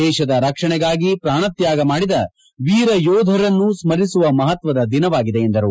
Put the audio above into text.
ದೇಶದ ರಕ್ಷಣಗಾಗಿ ಪ್ರಾಣತ್ವಾಗ ಮಾಡಿದ ವೀರಯೋದರನ್ನು ಸ್ಮರಿಸುವ ಮಹತ್ವದ ದಿನವಾಗಿದೆ ಎಂದರು